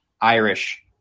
Irish